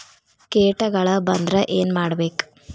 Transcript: ಕೇಟಗಳ ಬಂದ್ರ ಏನ್ ಮಾಡ್ಬೇಕ್?